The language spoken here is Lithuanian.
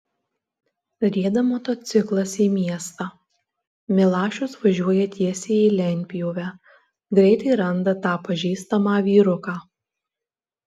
rieda motociklas į miestą milašius važiuoja tiesiai į lentpjūvę greitai randa tą pažįstamą vyruką